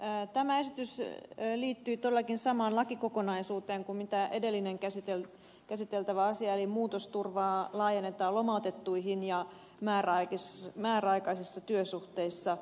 tämä esitys liittyy todellakin samaan lakikokonaisuuteen kuin edellinen käsiteltävä asia eli muutosturvaa laajennetaan lomautettuihin ja määräaikaisissa työsuhteissa olleisiin